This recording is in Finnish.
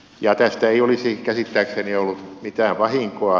ja tästä ei olisi käsittääkseni ollut mitään vahinkoa